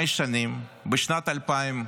בשנת 2000,